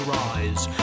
rise